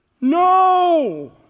no